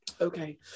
Okay